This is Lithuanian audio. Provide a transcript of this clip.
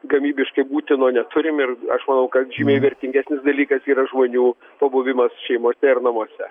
gamybiškai būtino neturim ir aš manau kad žymiai vertingesnis dalykas yra žmonių pabuvimas šeimose ir namuose